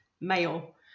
male